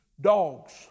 dogs